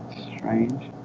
strange